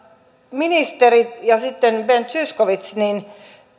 ministeri ja ben zyskowicz